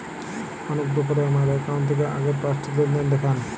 অনুগ্রহ করে আমার অ্যাকাউন্ট থেকে আগের পাঁচটি লেনদেন দেখান